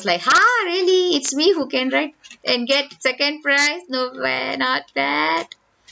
like !huh! really it's me who can write and get second prize not bad not bad